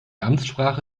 amtssprache